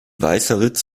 weißeritz